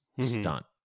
stunt